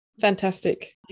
fantastic